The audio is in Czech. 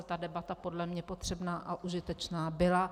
Ta debata podle mě potřebná a užitečná byla.